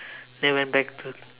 then went back to